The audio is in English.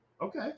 Okay